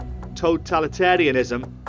totalitarianism